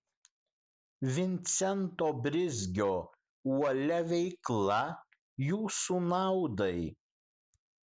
vincento brizgio uolia veikla jūsų naudai